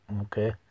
okay